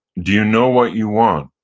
do you know what you want?